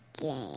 game